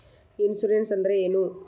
Insurance ಅಂದ್ರ ಏನು?